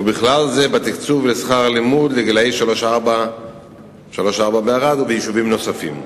ובכלל זה בתקצוב שכר הלימוד לגילאי שלוש וארבע בערד וביישובים נוספים.